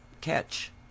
catch